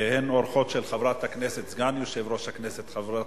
שהן אורחות של סגנית יושב-ראש הכנסת חברת